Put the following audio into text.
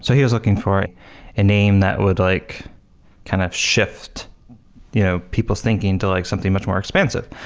so he was looking for a ah name that would like kind of shift you know people's thinking to like something much more expensive.